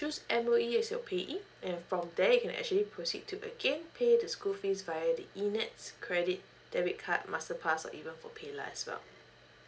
choose M_O_E as your payee and from there you can actually proceed to again pay the school fees via the e nets credit debit card masterpass or even for paylah as well